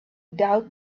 doubt